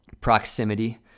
Proximity